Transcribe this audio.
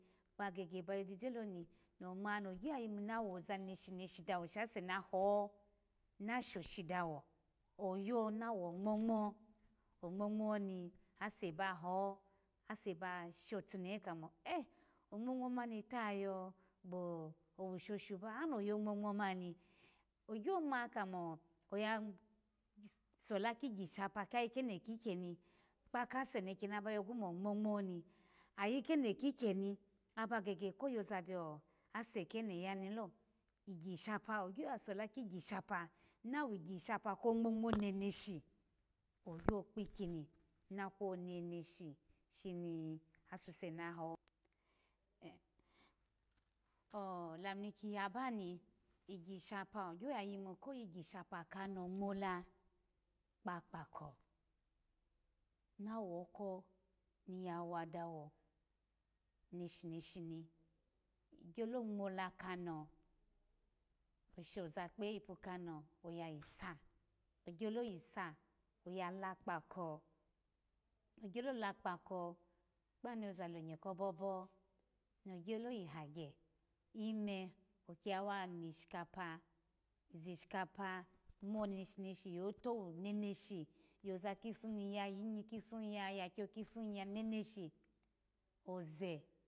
Ba gege ba yojijelo noma ni ya yimu na wozu neshi neshi dawo ase na ho na shoshi dawo oya na wongmo ngmo ongmongmo ni ase baho ase ba shotunehe mo eh ongmongmo mani tayayo gbowushosho ba ana yo ngmongmo mani ogyo ma komo oya sola kigishapa kayi keno kikyeni kpuse ne kye na ba yogwu mongmongmo ni ayi keno kikyeni aba gege ko yoza biyo ase kena yani lo igishapa ogyo ya sola kigishapa na wigishapa kongmongmo neneshi oyo kpikini makwo neneshi shini aasuse naho air o lamu nikiya bani lagishapa ogyo ya yimu koyo gishapa kano ngmola kpakpako nawoko ni ya wa olawo neshi neshi ni ogyolo ngmolu kano oshoza kpehe ipu kano oya yisa ogyolo yisu oya hakpako ogyolo lakpako kpanu za lonye ko bobo nogyolo yi hangye ime okiya wa nishikapa zishikapu mo neshi neshi yo towo nuneshi oza kipu nuya yinyi kipu ya ya gyo kipunu ya neneshi oze